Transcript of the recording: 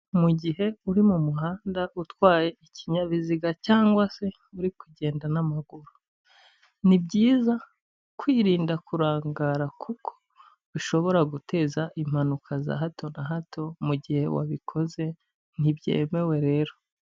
Mu gihe uri mu muhanda utwaye ikinyabiziga cyangwa se uri kugenda n'amaguru ni byiza kwirinda kurangara kuko bishobora guteza impanuka za hato na hato mu gihe wabikoze nti byemewe rero.